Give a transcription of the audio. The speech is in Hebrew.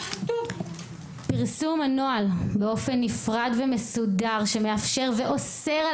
פרסום הנוהל באופן נפרד ומסודר שאוסר על